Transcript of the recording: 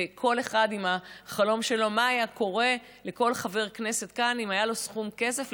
וכל אחד עם החלום של מה היה קורה אם לכל חבר כנסת כאן היה לו סכום כזה,